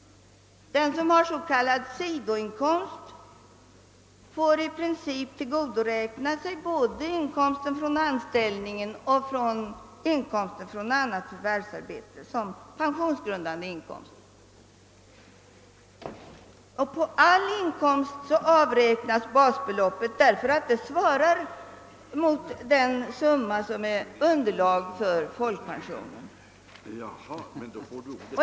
Den som har s.k. sidoinkomst får i princip tillgodoräkna sig både inkomsten från anställningen och inkomsten från annat förvärvsarbete som pensionsgrundande inkomst. På all inkomst avräknas basbeloppet eftersom det svarar mot den summa som är underlag för folkpensionen.